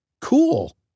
Cool